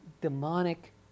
demonic